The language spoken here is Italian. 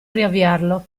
riavviarlo